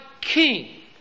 king